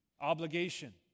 obligation